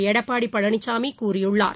எடப்பாடி பழனிசாமி கூறியுள்ளார்